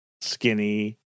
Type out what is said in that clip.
skinny